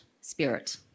spirit